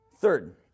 Third